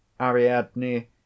ariadne